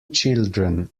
children